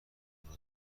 اونو